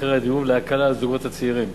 מחירי הדיור ולהקלה על זוגות צעירים.